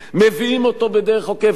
מביאים אותו בדרך עוקפת.